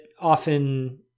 often